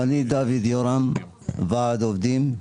אני דוד יורם, ועד עובדים.